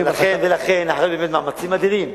ולכן, באמת אחרי מאמצים אדירים,